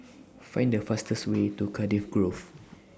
Find The fastest Way to Cardiff Grove